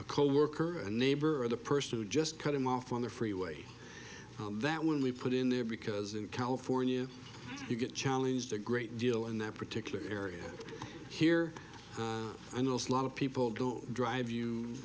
a coworker a neighbor or the person who just cut him off on the freeway that when we put in there because in california you get challenged a great deal in that particular area here and a lot of people don't drive you